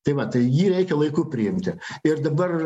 tai va tai jį reikia laiku priimti ir dabar